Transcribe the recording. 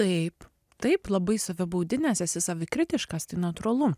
taip taip labai save baudi nes esi savikritiškas tai natūralu